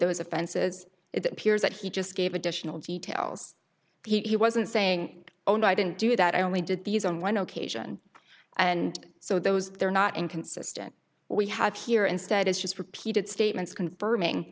those offenses it appears that he just gave additional details he wasn't saying oh no i didn't do that i only did these on one occasion and so those they're not inconsistent we have here instead is just repeated statements confirming